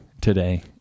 today